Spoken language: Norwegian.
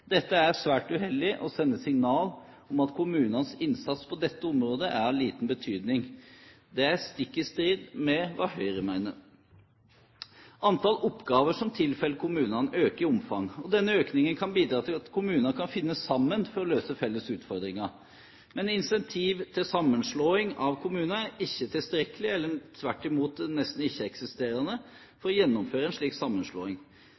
Dette er svært uheldig og sender signaler om at kommunenes innsats på dette området er av liten betydning. Det er stikk i strid med hva Høyre mener. Antall oppgaver som tilfaller kommunene, øker i omfang. Denne økningen kan bidra til at kommuner kan finne sammen for å løse felles utfordringer. Men incentivene til sammenslåing av kommuner er ikke tilstrekkelige, tvert imot er de nesten ikke-eksisterende til å gjennomføre en slik sammenslåing.